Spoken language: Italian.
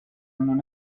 non